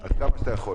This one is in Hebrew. אתה רוצה